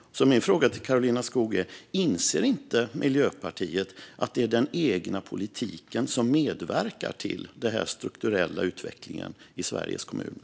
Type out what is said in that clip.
Min fråga till Karolina Skog är: Inser inte Miljöpartiet att det är den egna politiken som medverkar till den strukturella utvecklingen i Sveriges kommuner?